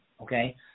Okay